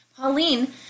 Pauline